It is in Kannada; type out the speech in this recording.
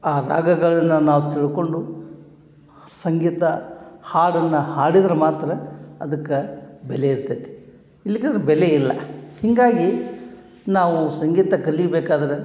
ಆ ರಾಗಗಳನ್ನು ನಾವು ತಿಳ್ಕೊಂಡು ಸಂಗೀತ ಹಾಡನ್ನು ಹಾಡಿದ್ರೆ ಮಾತ್ರ ಅದಕ್ಕೆ ಬೆಲೆ ಇರ್ತೈತಿ ಇಲ್ಕದ ಬೆಲೆ ಇಲ್ಲ ಹೀಗಾಗಿ ನಾವು ಸಂಗೀತ ಕಲಿಬೇಕಾದ್ರೆ